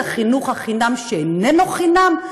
לחינוך החינם שאיננו חינם,